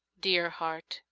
dear heart,